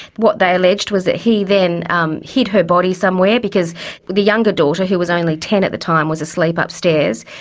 what they alleged was that he then um hid her body somewhere, because the younger daughter, who was only ten at the time was asleep upstairs.